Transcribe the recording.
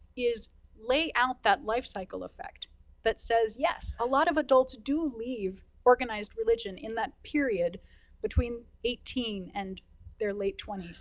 is layout that life cycle effect that says, yes, a lot of adults do leave organized religion in that period between eighteen and their late twenty s,